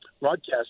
broadcast